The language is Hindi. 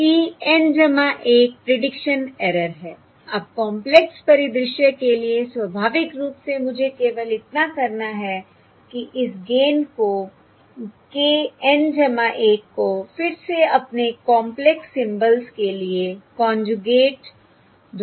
e N 1 प्रीडिक्शन एरर है अब कॉंपलेक्स परिदृश्य के लिए स्वाभाविक रूप से मुझे केवल इतना करना है कि इस गेन को k N 1 को फिर से अपने कॉंपलेक्स सिम्बल्स के लिए कोंजूगेट द्वारा बदलना है